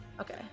Okay